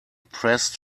pressed